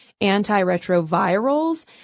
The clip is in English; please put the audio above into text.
antiretrovirals